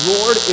Lord